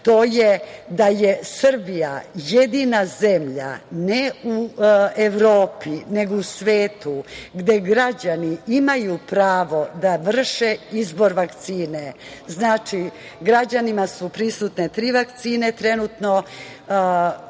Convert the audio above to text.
to je da je Srbija jedina zemlja, ne u Evropi, nego u svetu, gde građani imaju pravo da vrše izbor vakcine. Znači, građanima su prisutne tri vakcine trenutno i oni